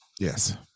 Yes